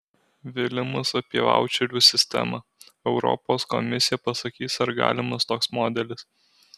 vilimas apie vaučerių sistemą europos komisija pasakys ar galimas toks modelis